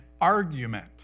argument